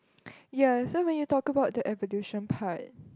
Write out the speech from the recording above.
ya so when you talk about the evolution part